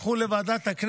הם הלכו לוועדת הכנסת.